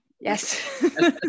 Yes